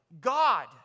God